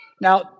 Now